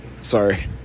Sorry